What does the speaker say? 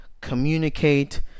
communicate